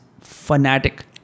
fanatic